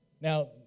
Now